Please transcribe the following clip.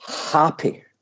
happy